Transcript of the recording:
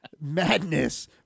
Madness